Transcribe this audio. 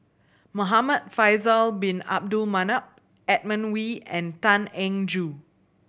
Muhamad Faisal Bin Abdul Manap Edmund Wee and Tan Eng Joo